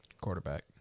quarterback